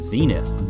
Zenith